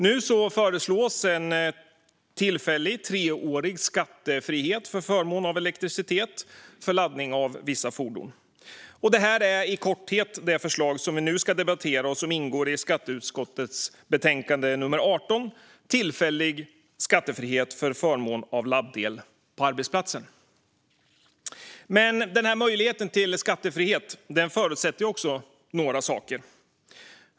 Nu föreslås en tillfällig treårig skattefrihet för förmån av elektricitet för laddning av vissa fordon. Det är i korthet det förslag som vi nu ska debattera och som ingår i skatteutskottets betänkande 18 Tillfällig skattefrihet för förmån av laddel på arbetsplatsen . Möjligheten till skattefrihet förutsätter dock några saker.